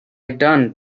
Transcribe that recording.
done